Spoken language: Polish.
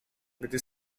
gdy